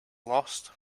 lost